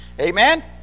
Amen